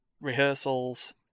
rehearsals